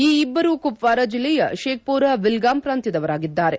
ಈ ಇಬ್ಬರೂ ಕುಪ್ವಾರ ಜಿಲ್ಲೆಯ ಶೇಕ್ಪೊರ ವಿಲ್ಗಾಮ್ ಪ್ರಾಂತ್ಯದವರಾಗಿದ್ದಾರೆ